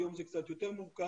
היום זה קצת יותר מורכב,